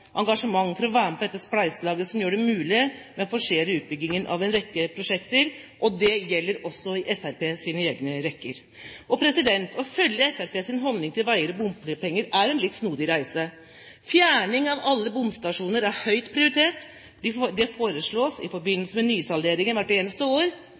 engasjement for å være med på dette spleiselaget som gjør det mulig å forsere utbyggingen av en rekke prosjekter, og det gjelder også i Fremskrittspartiets egne rekker. Å følge Fremskrittspartiets holdning til veier og bompenger er en litt snodig reise. Fjerning av alle bomstasjoner er høyt prioritert. Det foreslås i forbindelse med nysalderingen hvert eneste år.